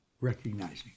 recognizing